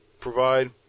provide